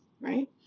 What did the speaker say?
Right